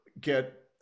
get